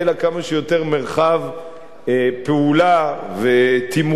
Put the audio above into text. יהיה לה כמה שיותר מרחב פעולה ותמרון